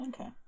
Okay